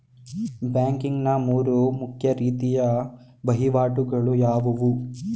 Banking ನ ಮೂರು ಮುಖ್ಯ ರೀತಿಯ ವಹಿವಾಟುಗಳು ಯಾವುವು?